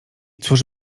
cóż